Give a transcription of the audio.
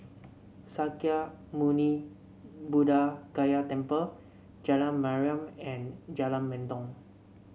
Sakya Muni Buddha Gaya Temple Jalan Mariam and Jalan Mendong